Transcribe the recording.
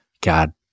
God